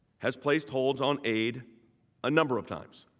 has placed holes on aid a number of times.